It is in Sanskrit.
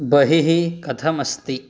बहिः कथमस्ति